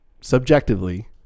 subjectively